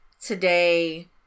Today